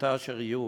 לשביתה אשר יהיו,